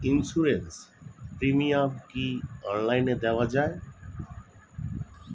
Insurance premium কি online দেওয়া যায়?